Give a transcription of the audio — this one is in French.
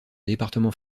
département